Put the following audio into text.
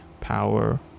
power